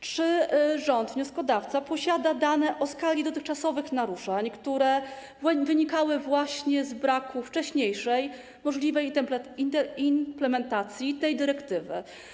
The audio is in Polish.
Czy rząd, wnioskodawca posiada dane o skali dotychczasowych naruszeń, które wynikały właśnie z braku wcześniejszej, możliwej implementacji tej dyrektywy?